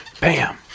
bam